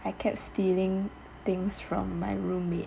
I kept stealing things from my roommate